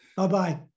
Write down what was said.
Bye-bye